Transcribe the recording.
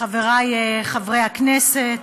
חברי חברי הכנסת,